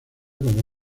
como